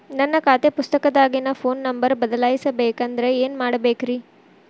ನನ್ನ ಖಾತೆ ಪುಸ್ತಕದಾಗಿನ ಫೋನ್ ನಂಬರ್ ಬದಲಾಯಿಸ ಬೇಕಂದ್ರ ಏನ್ ಮಾಡ ಬೇಕ್ರಿ?